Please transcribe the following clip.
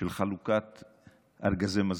ארגזי מזון.